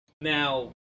Now